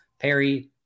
Perry